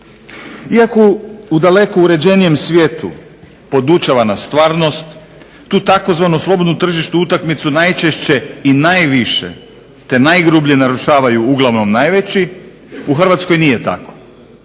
Iako u daleko uređenijem svijetu podučava nas stvarnost tu tzv. "slobodnu tržišnu utakmicu" najčešće i najviše te najgrublje narušavaju uglavnom najveći u Hrvatskoj nije tako.